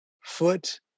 foot